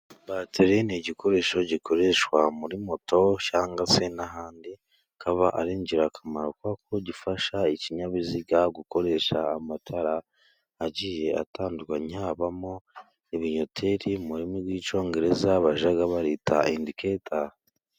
Bateri ni igikoresho gikoreshwa muri moto cyangwa se n'ahandi, kikaba ari ingirakamaro kubera ko gifasha ikinyabiziga gukoresha amatara agiye atandukanye, habamo ibinyoteri mu rurimi rw'icyongereza bajya bita endiketa.